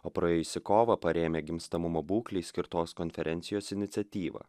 o praėjusį kovą parėmė gimstamumo būklei skirtos konferencijos iniciatyvą